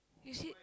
you see